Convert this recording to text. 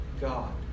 God